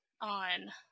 on